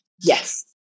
Yes